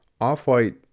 Off-White